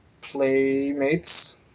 playmates